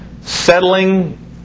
settling